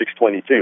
622